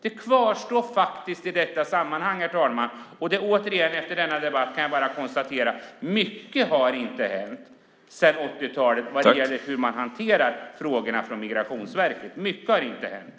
Det kvarstår i detta sammanhang, herr talman, och efter denna debatt kan jag bara konstatera att när det gäller hur man hanterar frågorna från Migrationsverkets sida har inte mycket hänt sedan 80-talet. Mycket har inte hänt.